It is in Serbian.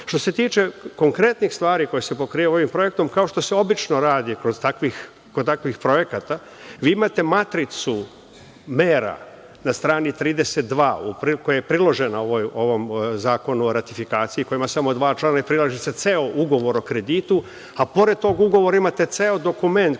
se tiče konkretnih stvari koje se pokrivaju ovim projektom, kao što se obično radi kod takvih projekata, vi imate matricu mera na strani 32, koja je priložena Zakonu o ratifikaciji, koja ima samo dva člana i prilaže se ceo ugovor o kreditu, a pored tog ugovora imate ceo dokument koji